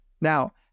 Now